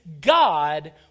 God